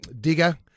digger